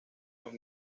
los